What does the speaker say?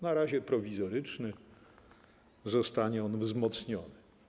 Na razie prowizoryczny, zostanie on wzmocniony.